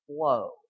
flow